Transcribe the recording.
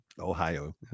Ohio